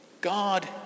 God